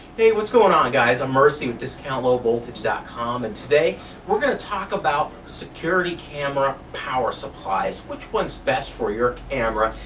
what's going on guys? i'm mercy with discount-low-voltage com. and today we're going to talk about security camera power supplies. which one's best for your camera?